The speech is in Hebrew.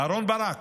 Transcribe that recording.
אהרן ברק,